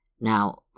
Now